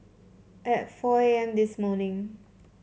at four A M this morning